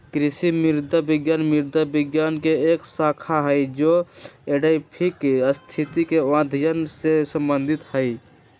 कृषि मृदा विज्ञान मृदा विज्ञान के एक शाखा हई जो एडैफिक स्थिति के अध्ययन से संबंधित हई